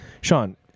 Sean